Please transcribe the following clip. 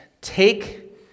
take